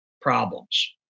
problems